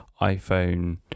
iPhone